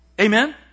Amen